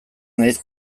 naiz